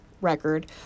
record